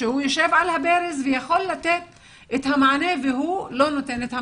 כשהוא יושב על הברז ויכול לתת את המענה והוא לא נותן את המענה.